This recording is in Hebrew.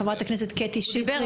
חברת הכנסת קטי שטרית,